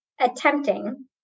attempting